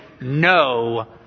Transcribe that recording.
no